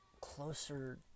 closer